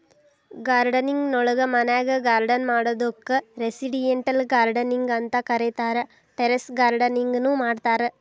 gardening ನೊಳಗ ಮನ್ಯಾಗ್ garden ಮಾಡೋದಕ್ಕ್ ರೆಸಿಡೆಂಟಿಯಲ್ ಗಾರ್ಡನಿಂಗ್ ಅಂತ ಕರೇತಾರ, ಟೆರೇಸ್ ಗಾರ್ಡನಿಂಗ್ ನು ಮಾಡ್ತಾರ